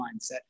mindset